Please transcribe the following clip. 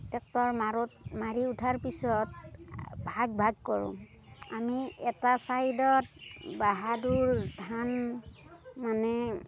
tractor মাৰো মাৰি উঠাৰ পিছত ভাগ ভাগ কৰোঁ আমি এটা চাইডত বাহাদুৰ ধান মানে